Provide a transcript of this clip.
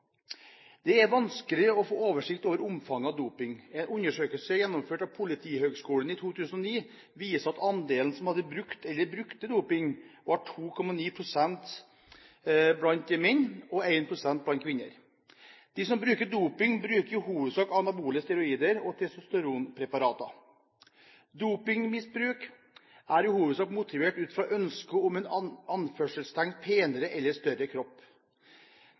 Det er vanskelig å få oversikt over omfanget av doping. En undersøkelse gjennomført av Politihøgskolen i 2009 viser at andelen som hadde brukt eller brukte doping, var 2,9 pst. blant menn og 1 pst. blant kvinner. De som bruker doping, bruker i hovedsak anabole steroider og testosteronpreparater. Dopingmisbruk er i hovedsak motivert ut fra ønsket om en «penere eller større» kropp.